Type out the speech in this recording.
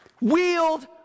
Wield